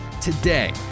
today